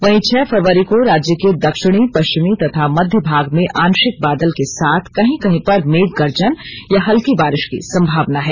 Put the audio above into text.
वहीं छह फरवरी को राज्य के दक्षिणी पश्चिमी तथा मध्य भाग में आंशिक बादल के साथ कहीं कहीं पर मेघ गर्जन या हल्की बारिश की संभावना है